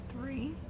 three